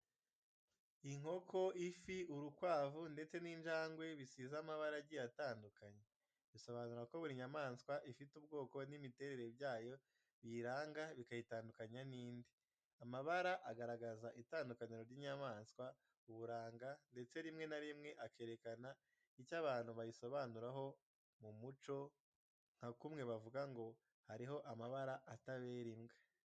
Inkoko, ifi, urukwavu, ndetse n'injangwe bisize amabara agiye atandukanye. Bisobanura ko buri nyamaswa ifite ubwoko n’imiterere byayo biyiranga bikayitandukanya n'indi. Amabara agaragaza itandukaniro ry’inyamaswa, uburanga, ndetse rimwe na rimwe akerekana icyo abantu bayisobanuraho mu muco, nka kumwe bavuga ngo hari ho amabara atabera imbwa.